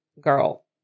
girl